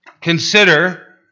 Consider